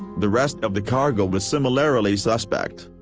the rest of the cargo was similarly suspect.